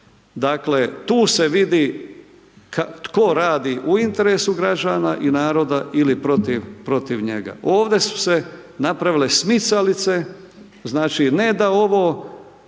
dakle tu se vidi tko radi u interesu građana i naroda ili protiv njega. Ovde su se napravile smicalice znači ne da ovo,